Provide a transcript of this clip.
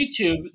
youtube